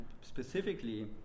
specifically